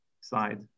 side